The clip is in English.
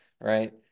right